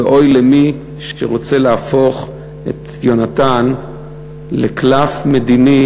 ואוי למי שרוצה להפוך את יונתן לקלף מדיני,